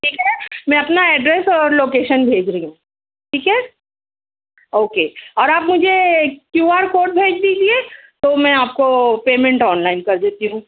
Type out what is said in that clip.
ٹھیک ہے نا میں اپنا ایڈریس اور لوکیشن بھیج رہی ہوں ٹھیک ہے اوکے اور آپ مجھے کیو آر کوڈ بھیج دیجیے تو میں آپ کو پیمنٹ آن لائن کر دیتی ہوں